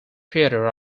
theatre